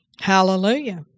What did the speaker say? Hallelujah